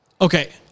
Okay